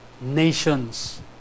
nations